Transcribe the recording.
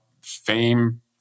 fame